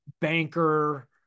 banker